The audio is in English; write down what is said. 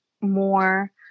more